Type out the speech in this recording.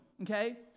Okay